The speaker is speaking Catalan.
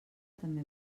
també